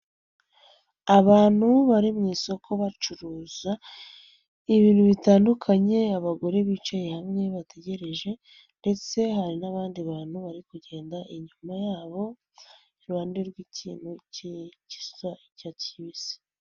Abantu bari mu isoko bacuruza ibintu bitandukanye, abagore bicaye hamwe bategereje ndetse hari n'abandi bantu bari kugenda inyuma yabo, iruhande rw'ikintu gisa icyatsi kibisi.